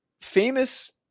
Famous